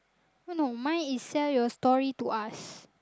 what no mine is sell your story to us